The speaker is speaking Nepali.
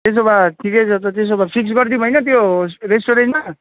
त्यसो भए ठिकै छ त त्यसो भए फिक्स गरिदिऊँ हैन त्यो रेस्टुरेन्टमा